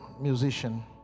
musician